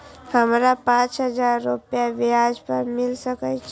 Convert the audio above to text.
हमरा पाँच हजार रुपया ब्याज पर मिल सके छे?